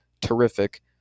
terrific